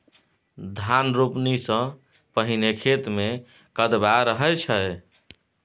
धान रोपणी सँ पहिने खेत मे कदबा रहै छै